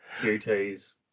QT's